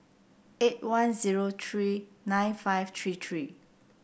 eight one zero three nine five three three